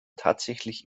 tatsächlich